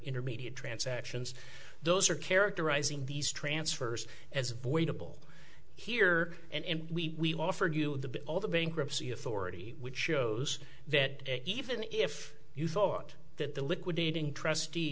intermediate transactions those are characterizing these transfers as voidable here and we offered you the all the bankruptcy authority which shows that even if you thought that the liquidating trustee